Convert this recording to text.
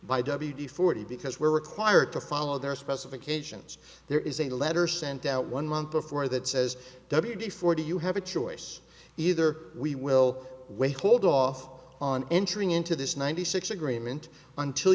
by w d forty because we're required to follow their specifications there is a letter sent out one month before that says w d forty you have a choice either we will wait hold off on entering into this ninety six agreement until